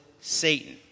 Satan